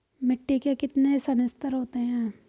मिट्टी के कितने संस्तर होते हैं?